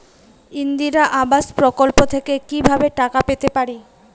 ইন্দিরা আবাস প্রকল্প থেকে কি ভাবে টাকা পেতে পারি?